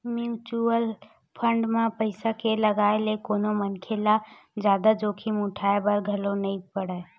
mutual fund म पइसा के लगाए ले कोनो मनखे ल जादा जोखिम उठाय बर घलो नइ परय